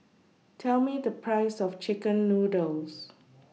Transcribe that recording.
Tell Me The Price of Chicken Noodles